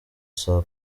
saa